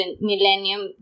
millennium